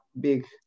big